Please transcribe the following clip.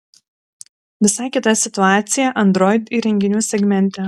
visai kita situacija android įrenginių segmente